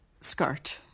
skirt